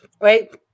Right